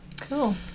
Cool